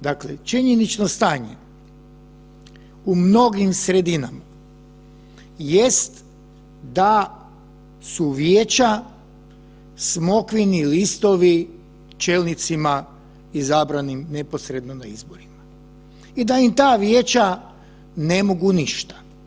Dakle, činjenično stanje u mnogim sredinama jest da su vijeća smokvini listovi čelnicima izabranim neposredno na izborima i da im ta vijeća ne mogu ništa.